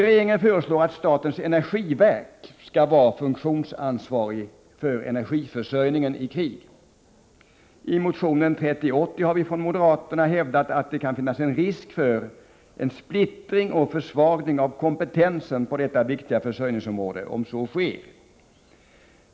Regeringen föreslår att statens energiverk skall vara funktionsansvarig myndighet för energiförsörjningen i krig. I motion 3080 har vi från moderaterna hävdat att det kan finnas risk för en splittring och försvagning av kompetensen på detta viktiga försörjningsområde, om så sker.